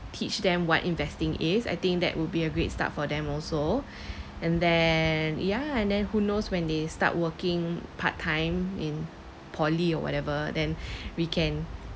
teach them what investing is I think that would be a great start for them also and then ya and then who knows when they start working part-time in poly or whatever then we can